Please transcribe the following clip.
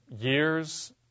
years